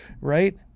Right